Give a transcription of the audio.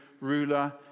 ruler